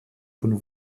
von